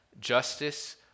justice